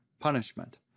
punishment